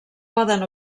poden